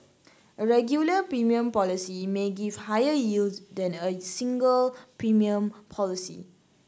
a regular premium policy may give higher yield than a single premium policy